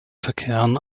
verkehren